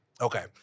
Okay